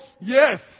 Yes